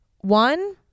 One